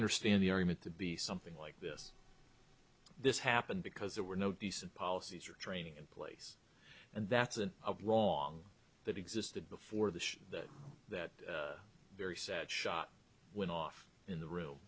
understand the argument to be something like this this happened because there were no decent policies or training in place and that's a wrong that existed before this that that very sad shot went off in the room